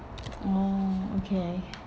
orh okay